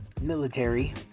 military